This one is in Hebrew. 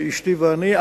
אשתי ואני,